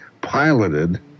piloted